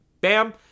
Bam